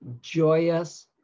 joyous